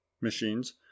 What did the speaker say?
machines